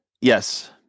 Yes